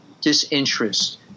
disinterest